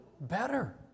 better